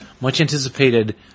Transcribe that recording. much-anticipated